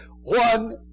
one